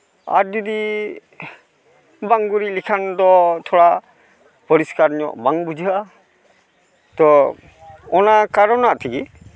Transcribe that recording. ᱟᱨ ᱡᱩᱫᱤ ᱵᱟᱝ ᱜᱩᱨᱤᱡ ᱞᱮᱠᱷᱟᱱ ᱫᱚ ᱛᱷᱚᱲᱟ ᱯᱚᱨᱤᱥᱠᱟᱨ ᱧᱚᱜ ᱵᱟᱝ ᱵᱩᱡᱷᱟᱹᱜᱼᱟ ᱛᱚ ᱚᱱᱟ ᱠᱟᱨᱚᱱᱟᱜ ᱛᱮᱜᱤ